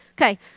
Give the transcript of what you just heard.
Okay